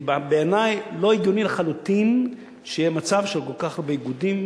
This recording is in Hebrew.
כי בעיני לא הגיוני לחלוטין שיהיה מצב של כל כך הרבה איגודים,